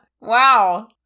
Wow